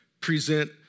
present